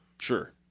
Sure